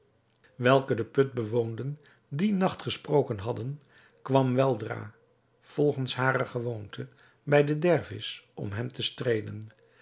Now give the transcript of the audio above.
welke den put bewoonden dien nacht gesproken hadden kwam weldra volgens hare gewoonte bij den dervis om hem te streelen